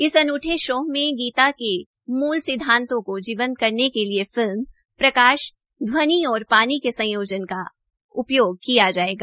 इस अन्ठे शो में गीता के मूल सिद्वांतों को जीवंत करने के लिए फिल्म प्रकाश ध्वनि और पानी के संयोजन का उपयोग किया गया है